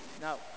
Now